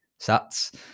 sats